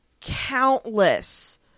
countless